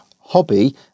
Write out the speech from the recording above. hobby